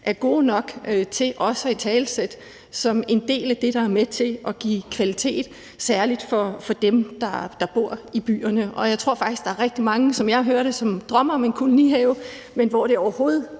er gode nok til at italesætte som en del af det, det er med til at give kvalitet særlig for dem, der bor i byerne. Jeg tror faktisk, der er rigtig mange, i hvert fald som jeg hører det, der drømmer om en kolonihave, men at det overhovedet